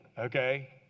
Okay